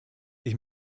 ich